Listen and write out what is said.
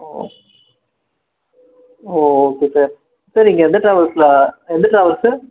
ஓ ஓ okay sir sir நீங்கள் எந்த ட்ராவெல்ஸில் எந்த ட்ராவெல்ஸ் சார்